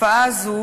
התופעה הזאת,